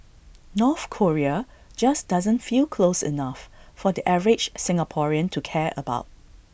North Korea just doesn't feel close enough for the average Singaporean to care about